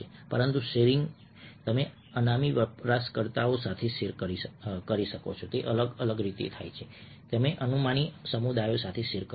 પરંતુ શેરિંગ તમે અનામી વપરાશકર્તાઓ સાથે શેર કરો છો તે અલગ રીતે થાય છે તમે અનામી સમુદાયો સાથે શેર કરો છો